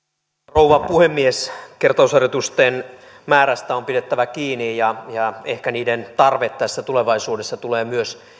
rouva puhemies kertausharjoitusten määrästä on pidettävä kiinni ja ja ehkä niiden tarve tulevaisuudessa tulee myös